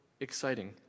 exciting